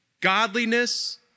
godliness